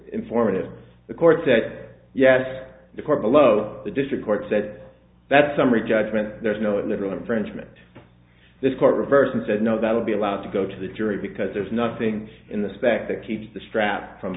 informative the court said yes the court below the district court said that summary judgment there's no literal infringement this court reversed and said no that would be allowed to go to the jury because there's nothing in the spec that keeps the strap from